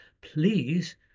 please